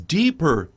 deeper